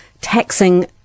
taxing